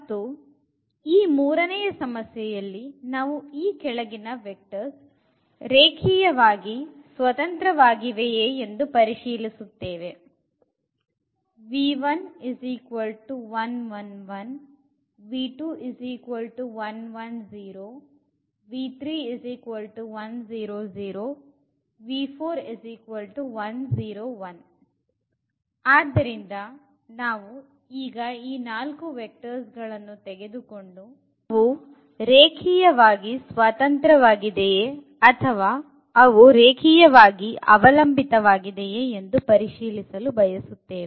ಮತ್ತು ಈ ಮೂರನೇ ಸಮಸ್ಯೆಯಲ್ಲಿ ನಾವು ಈ ಕೆಳಗಿನ ವೆಕ್ಟರ್ಸ್ ರೇಖೀಯವಾಗಿ ಸ್ವತಂತ್ರವಾಗಿವೆಯೇ ಎಂದು ಪರಿಶೀಲಿಸುತ್ತೇವೆ ಆದ್ದರಿಂದ ನಾವು ಈಗ ಈ 4 ವೆಕ್ಟರ್ಸ್ ಗಳನ್ನು ತೆಗೆದುಕೊಂಡು ಅವು ರೇಖೀಯವಾಗಿ ಸ್ವತಂತ್ರವಾಗಿದೆಯೇ ಅಥವಾ ಅವು ರೇಖೀಯವಾಗಿ ಅವಲಂಬಿತವಾಗಿದೆಯೇ ಎಂದು ಪರಿಶೀಲಿಸಲು ಬಯಸುತ್ತೇವೆ